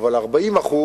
אבל 40%